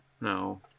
no